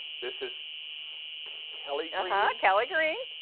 this is kelly um ah and kelly green.